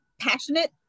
passionate